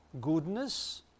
goodness